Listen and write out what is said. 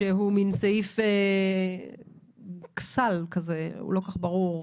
שהוא מעין סעיף סל, הוא לא כל כך ברור.